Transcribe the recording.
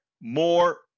more